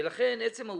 מה זה?